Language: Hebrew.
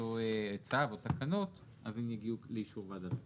אותו צו או התקנות אז הן יגיעו לאישור ועדת הכלכלה.